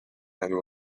and